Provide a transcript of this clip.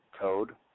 code